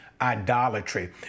idolatry